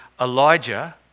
Elijah